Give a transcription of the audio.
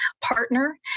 partner